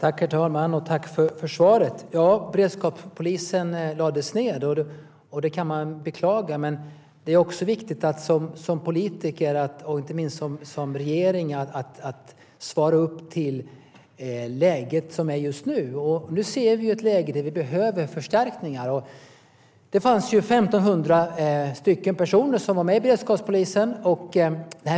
Herr talman! Tack för svaret! Beredskapspolisen lades ned, och det kan man beklaga. Det är viktigt som politiker och inte minst som regering att svara upp mot läget som är just nu. Vi ser ett läge där vi behöver förstärkningar. Det fanns 1 500 personer som var med i beredskapspolisen.